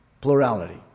plurality